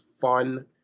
fun